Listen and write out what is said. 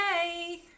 hey